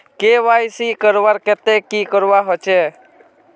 KYC करवार केते की करवा होचए?